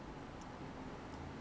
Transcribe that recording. err I would I would